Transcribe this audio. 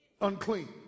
Unclean